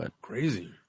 Crazy